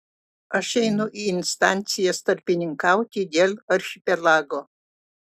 aš einu į instancijas tarpininkauti dėl archipelago